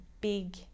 big